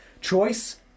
Choice